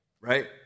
right